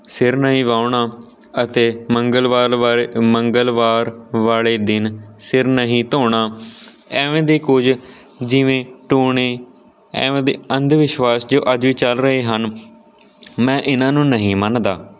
ਸਿਰ ਨਹੀਂ ਵਾਹੁਣਾ ਅਤੇ ਮੰਗਲਵਾਲ ਵਾਰੇ ਮੰਗਲਵਾਰ ਵਾਲੇ ਦਿਨ ਸਿਰ ਨਹੀਂ ਧੋਣਾ ਐਵੇਂ ਦੇ ਕੁਝ ਜਿਵੇਂ ਟੂਣੇ ਐਵੇਂ ਦੇ ਅੰਧ ਵਿਸ਼ਵਾਸ ਜੋ ਅੱਜ ਵੀ ਚੱਲ ਰਹੇ ਹਨ ਮੈਂ ਇਹਨਾਂ ਨੂੰ ਨਹੀਂ ਮੰਨਦਾ